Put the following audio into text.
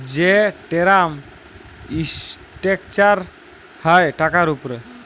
যে term structure হ্যয় টাকার উপরে